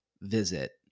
visit